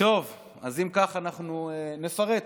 אם כך אנחנו נפרט,